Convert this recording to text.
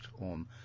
on